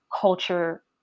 culture